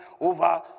over